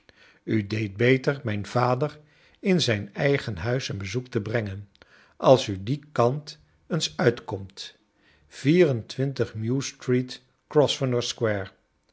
u deedt beter mijn vader in zijn eigen huis een bezoek te brengen als u dien kant eens uitkomt vier en twintig mews street grosvenor square